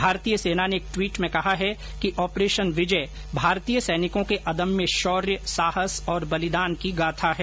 भारतीय सेना ने एक ट्वीट में कहा है कि ऑपरेशन विजय भारतीय सैनिकों के अदम्य शौर्य साहस और बलिदान की गाथा है